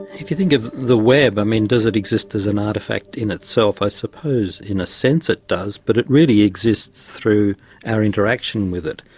if you think of the web, i mean, does it exist as an artefact in itself? i suppose in a sense it does, but it really exists through our interaction with it.